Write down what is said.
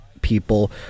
people